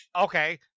Okay